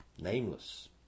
Nameless